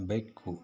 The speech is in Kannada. ಬೆಕ್ಕು